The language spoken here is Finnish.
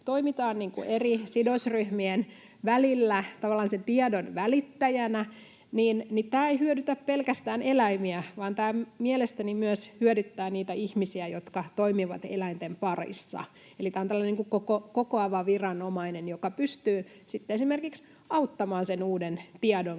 toimitaan eri sidosryhmien välillä tavallaan sen tiedon välittäjänä — ei hyödytä pelkästään eläimiä, vaan tämä mielestäni hyödyttää myös niitä ihmisiä, jotka toimivat eläinten parissa. Eli tämä on tällainen kokoava viranomainen, joka pystyy sitten esimerkiksi auttamaan sen uuden tiedon